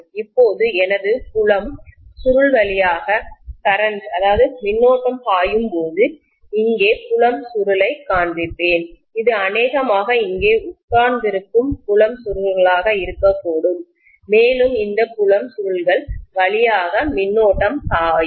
இப்போது எனது புலம் சுருள் வழியாக கரண்ட்மின்னோட்டம் பாயும் போது இங்கே புலம் சுருளைக் காண்பிப்பேன் இது அநேகமாக இங்கே உட்கார்ந்திருக்கும் புலம் சுருள்களாக இருக்கக்கூடும் மேலும் இந்த புலம் சுருள்கள் வழியாக கரண்ட் மின்னோட்டம் பாயும்